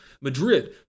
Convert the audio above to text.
Madrid